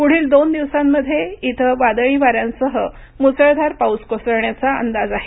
पुढील दोन दिवसांमध्ये इथं वादळी वाऱ्यांसह मुसळधार पाऊस कोसळण्याचा अंदाज आहे